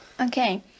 Okay